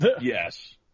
Yes